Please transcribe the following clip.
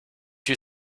you